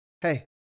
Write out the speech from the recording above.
hey